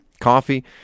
coffee